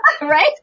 Right